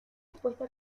expuesta